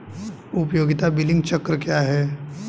उपयोगिता बिलिंग चक्र क्या है?